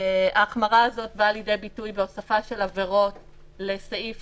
ההחמרה הזאת באה לידי ביטוי בהוספה של עבירות לסעיף